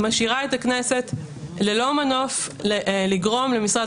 משאירה את הכנסת ללא מנוף לגרום למשרד